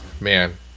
man